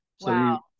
Wow